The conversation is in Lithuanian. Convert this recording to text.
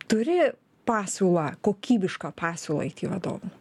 turi pasiūlą kokybišką pasiūlą aiti vadovų